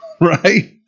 right